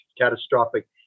catastrophic